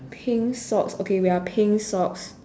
pink socks okay wait ah pink socks